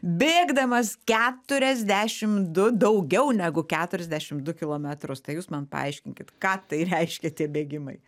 bėgdamas keturiasdešim du daugiau negu keturiasdešim du kilometrus tai jūs man paaiškinkit ką tai reiškia tie bėgimai